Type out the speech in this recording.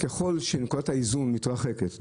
ככול שנקודת האיזון מתרחקת,